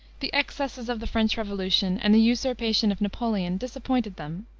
the excesses of the french revolution, and the usurpation of napoleon disappointed them,